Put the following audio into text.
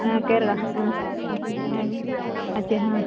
ಹಾಂ ಕೇರಳ ಹಾಂ ಹ್ಞೂ ಹಾಗೆ ಆಚೆ ಹಾಂ